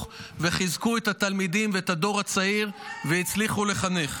------- וחיזקו את התלמידים ואת הדור הצעיר והצליחו לחנך.